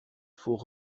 faut